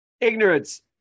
Ignorance